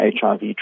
HIV